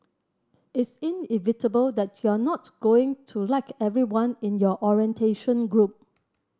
it's inevitable that you're not going to like everyone in your orientation group